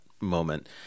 moment